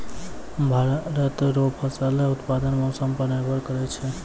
भारत रो फसल उत्पादन मौसम पर निर्भर करै छै